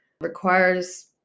requires